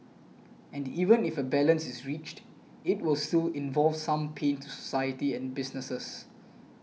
and even if a balance is reached it will still involve some pain to society and businesses